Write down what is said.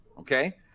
okay